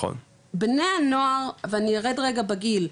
בני הנוער ואני ארד רגע בגיל,